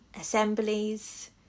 Assemblies